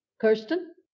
Kirsten